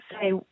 say